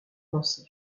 pensif